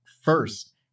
first